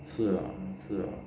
是啊是啊